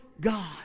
God